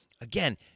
Again